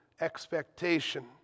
expectation